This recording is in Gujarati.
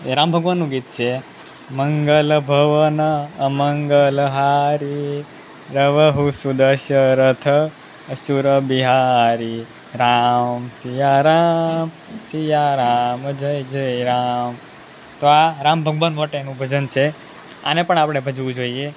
તે રામ ભગવાનનું ગીત છે મંગલ ભવન અમંગલ હારી દ્રવહુ સુદસરથ અજીર બિહારી રામ સિયા રામ સિયા રામ જય જય રામ તો આ રામ ભગવાન માટેનું ભજન છે આને પણ આપણે ભજવું જોઈએ